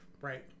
Right